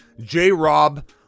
J-Rob